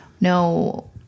No